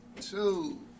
two